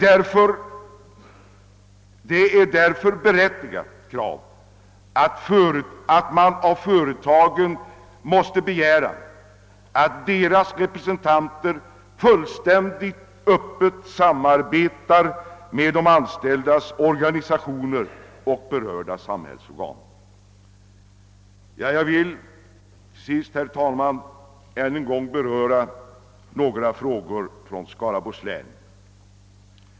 Därför är det också ett berättigat krav att företagen öppet samarbetar med de anställdas organisationer och berörda samhällsorgan. Till sist vill jag ytterligare beröra några frågor som gäller Skaraborgs län.